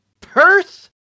Perth